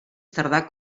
tardà